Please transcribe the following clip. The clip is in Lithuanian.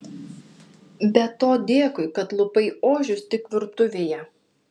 be to dėkui kad lupai ožius tik virtuvėje